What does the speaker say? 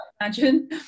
imagine